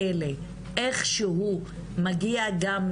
עכשיו אני רוצה להגיד עוד אמירה.